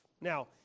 Now